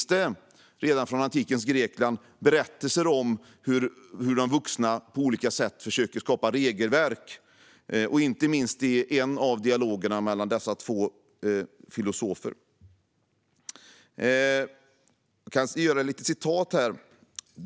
Däremot finns från antikens Grekland berättelser om hur de vuxna på olika sätt försöker skapa regelverk, inte minst i en av dialogerna mellan dessa två filosofer. Låt mig få återge något här.